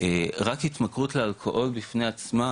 רק בהתמכרות לאלכוהול בפני עצמה,